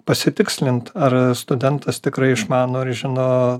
pasitikslint ar studentas tikrai išmano ir žino